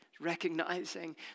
Recognizing